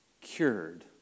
cured